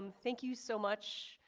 um thank you so much.